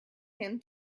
him